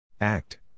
Act